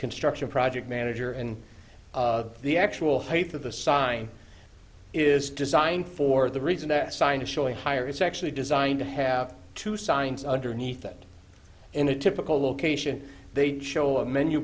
construction project manager and the actual faith of the sign is designed for the reason that signs of showing higher it's actually designed to have two signs underneath it in a typical location they show a menu